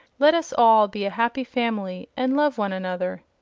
let us all be a happy family and love one another.